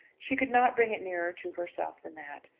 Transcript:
she could not bring it nearer to herself than that.